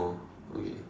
okay